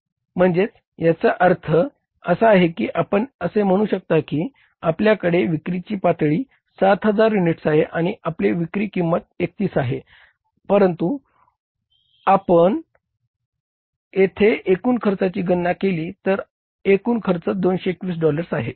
म्हणजे याचा अर्थ असा की आपण असे म्हणू शकता की आपल्याकडे विक्रीची पातळी 7000 युनिट्स आहे आणि आपली विक्री किंमत 31 आहे परंतु जर आपण येथे एकूण खर्चाची गणना केली तर एकूण खर्च 221 डॉलर्स आहे